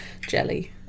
jelly